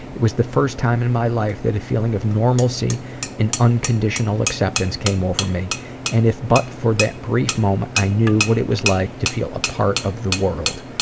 it was the first time in my life that a feeling of normalcy and unconditional acceptance came over me and if but for that brief moment, i knew what it was like to feel a part of the world.